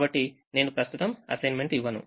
కాబట్టి నేను ప్రస్తుతం అసైన్మెంట్ ఇవ్వను